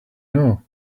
know